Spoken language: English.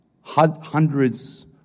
hundreds